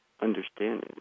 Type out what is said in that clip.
understanding